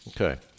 Okay